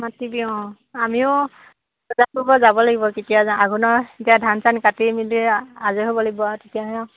মাতিবি অঁ আমিও বজাৰ কৰিব যাব লাগিব কেতিয়া যাওঁ আঘুণৰ এতিয়া ধান চান কাটি মেলি আজৰি হ'ব লাগিব আৰু তেতিয়াহে